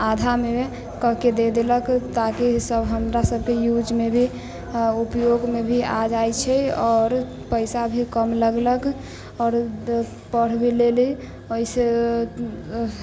आधामे कऽ के दऽ देलक ताकि सभ हमरासभके यूजमे भी उपयोगमे भी आ जाइत छै आओर पैसा भी कम लगलक आओर पढ़ि भी लेली एहिसँ